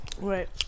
Right